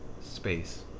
Space